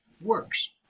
works